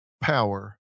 power